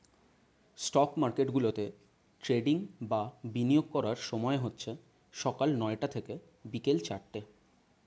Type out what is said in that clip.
stock মার্কেটগুলোতে trading বা বিনিয়োগ করার সময় হচ্ছে সকাল নয়টা থেকে বিকেল চারটে